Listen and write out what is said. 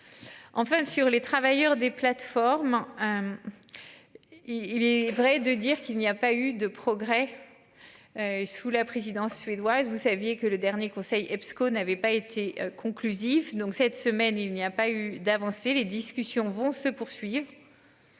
Enfin sur les travailleurs des plateformes. Il est vrai de dire qu'il n'y a pas eu de progrès. Sous la présidence suédoise, vous saviez que le dernier conseil psycho n'avait pas été conclusive donc cette semaine il n'y a pas eu d'avancer les discussions vont se poursuivre.